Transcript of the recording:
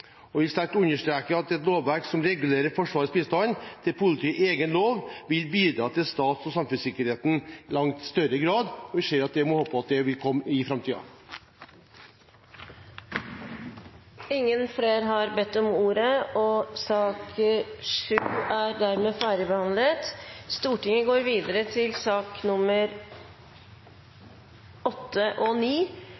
vil sterkt understreke at et lovverk som regulerer Forsvarets bistand til politiet i egen lov, vil bidra til stats- og samfunnssikkerheten i langt større grad, og vi håper at det vil komme i framtiden. Flere har ikke bedt om ordet til sak nr. 7. Etter ønske fra energi- og miljøkomiteen vil presidenten foreslå at sakene nr. 8 og